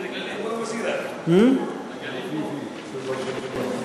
סגן השר אקוניס יענה על ההצעה הזאת.